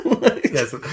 Yes